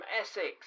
Essex